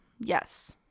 Yes